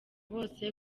bose